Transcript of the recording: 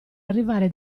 arrivare